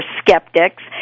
skeptics